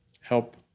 help